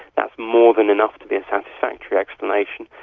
that is more than enough to be a satisfactory explanation,